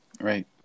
right